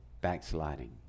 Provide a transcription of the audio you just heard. backsliding